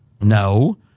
No